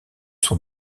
sont